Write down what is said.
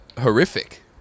horrific